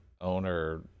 owner